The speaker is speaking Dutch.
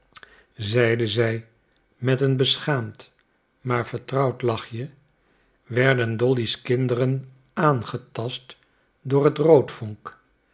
zeide zij met een beschaamd maar vertrouwend lachje werden dolly's kinderen aangetast door het roodvonk